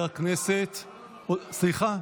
סליחה,